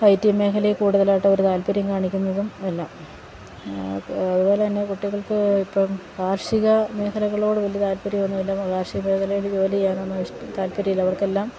I T മേഖലയെ കൂടുതലായിട്ട് അവര് താല്പര്യം കാണിക്കുന്നതും എല്ലാം അതുപോലെ തന്നെ കുട്ടികൾക്ക് ഇപ്പം കാർഷിക മേഖലയോട് വലിയ താല്പര്യമൊന്നുമില്ല കാർഷിക മേഖലയില് ജോലി ചെയ്യാനൊന്നും താല്പര്യമില്ല അവർക്കെല്ലാം